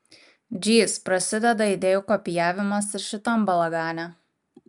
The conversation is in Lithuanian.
džyz prasideda idėjų kopijavimas ir šitam balagane